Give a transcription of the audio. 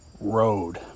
road